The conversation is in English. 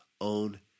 own